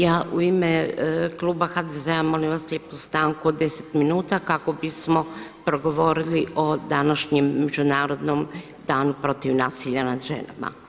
Ja u ime kluba HDZ-a molim vas lijepo stanku od 10 minuta kako bismo progovorili o današnjem Međunarodnom danu protiv nasilja nad ženama.